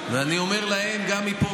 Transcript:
ואני אומר להם גם מפה,